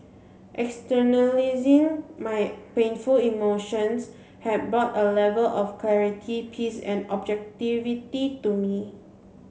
externalising my painful emotions had brought A Level of clarity peace and objectivity to me